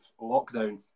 lockdown